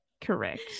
Correct